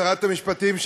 שרת המשפטים,